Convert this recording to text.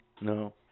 No